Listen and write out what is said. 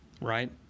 right